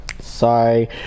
sorry